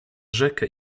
rzekę